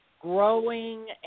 growing